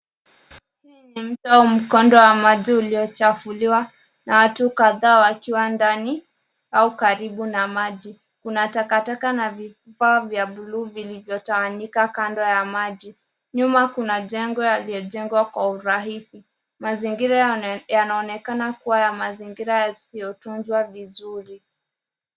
Hu ni mto mkonde wa maji uliyochafuliwa na watu kadhaa wakiwa nadani aua karibu na maji. Kuna takataka na vifaa vya buluu vilivyotawanyika kando ya maji. Nyuma kuna jengo yaliyojengwa kwa urahisi. Mazingira yanaonekana kuwa ya mazingira yasiyotunzwa vizuri.